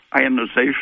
ionization